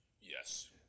Yes